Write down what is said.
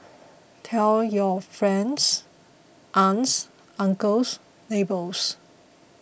tell your friends aunts uncles neighbours